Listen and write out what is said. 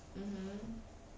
um hmmm